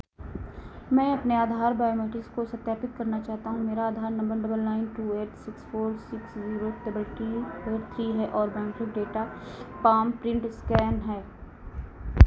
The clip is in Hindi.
मैं अपने आधार बायोमेट्रिक्स को सत्यापित करना चाहता हूँ मेरा Aadhaar number double nine two eight six four six zero double three eight three है और biometric data palm print scan है